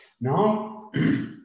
Now